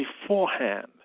beforehand